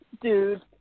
dude